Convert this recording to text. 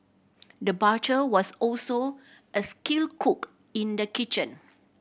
the butcher was also a skilled cook in the kitchen